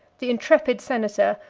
the intrepid senator,